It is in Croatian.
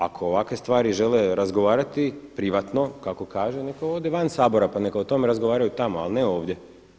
Ako ovakve stvari žele razgovarati privatno kako kaže neka ode van Sabora pa neka o tome razgovaraju tamo, ali ne ovdje.